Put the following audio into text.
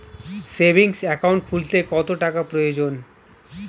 Savings account খুলতে কত টাকার প্রয়োজন?